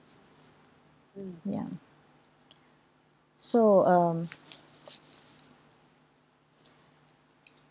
ya so um